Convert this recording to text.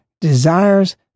desires